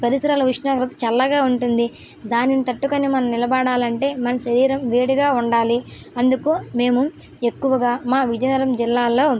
పరిసరాల ఉష్ణోగ్రత చల్లగా ఉంటుంది దానిని తట్టుకొని మనం నిలబడాలి అంటే మన శరీరం వేడిగా ఉండాలి అందుకు మేము ఎక్కువగా మా విజయనగరం జిల్లాలో